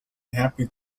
happy